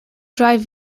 drive